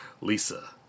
Lisa